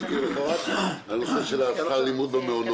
אנחנו לא יכולים להשאיר אותם ללא סייעות.